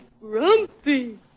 grumpy